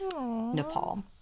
Nepal